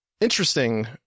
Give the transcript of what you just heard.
interesting